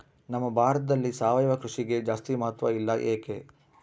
ನಮ್ಮ ಭಾರತದಲ್ಲಿ ಸಾವಯವ ಕೃಷಿಗೆ ಜಾಸ್ತಿ ಮಹತ್ವ ಇಲ್ಲ ಯಾಕೆ?